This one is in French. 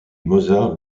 mozart